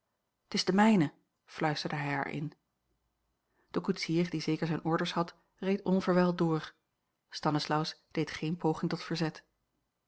t is de mijne fluisterde hij haar in de koetsier die zeker zijne orders had reed onverwijld door stanislaus deed geene poging tot verzet